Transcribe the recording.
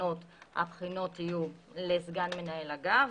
קטנות הבחינות יהיו לסגן מנהל אגף,